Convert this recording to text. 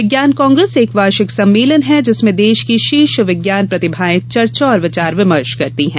विज्ञान कांग्रेस एक वार्षिक सम्मेंलन है जिसमें देश की शीर्ष विज्ञान प्रतिभाएं चर्चा और विचार विमर्श करती हैं